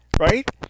right